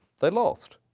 they lost,